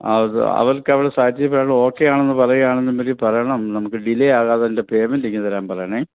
ആ അത് അവർക്കവിടെ സാറ്റിസ്ഫൈഡ് ഓക്കെയാണെന്ന് പറയാണന്നുണ്ടെങ്കിൽ പറയണം നമുക്ക് ഡിലെ ആകാതെ അതിൻ്റെ പെയ്മെൻറ്റ് ഇങ്ങ് തരാൻ പറയണം